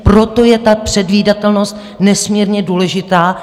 Proto je ta předvídatelnost nesmírně důležitá.